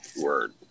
word